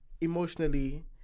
emotionally